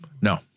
No